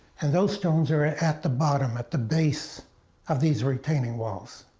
and those stones are ah at the bottom at the base of these retaining walls.